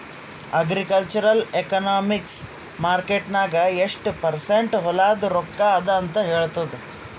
agricultural economics market ನಾಗ್ ಎಷ್ಟ percent ಹೊಲಾದು ರೊಕ್ಕಾ ಅದ ಅಂತ ಹೇಳ್ತದ್